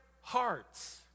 hearts